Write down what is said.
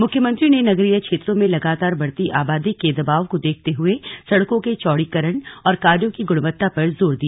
मुख्यमंत्री ने नगरीय क्षेत्रों में लगातार बढ़ती आबादी के दबाव को देखते हुए सड़कों के चौड़ीकरण और कार्यो की गुणवत्ता पर जोर दिया